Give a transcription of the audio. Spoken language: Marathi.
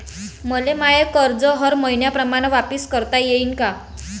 मले माय कर्ज हर मईन्याप्रमाणं वापिस करता येईन का?